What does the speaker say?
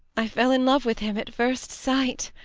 i fell in love with him at first sight.